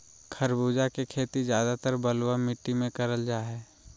खरबूजा के खेती ज्यादातर बलुआ मिट्टी मे करल जा हय